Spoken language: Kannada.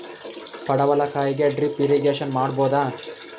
ಪಡವಲಕಾಯಿಗೆ ಡ್ರಿಪ್ ಇರಿಗೇಶನ್ ಮಾಡಬೋದ?